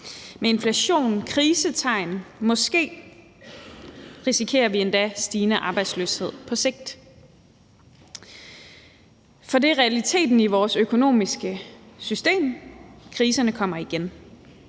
med inflation og krisetegn, og måske risikerer vi er endda stigende arbejdsløshed på sigt. Det er realiteten i vores økonomiske system: Kriserne kommer igen.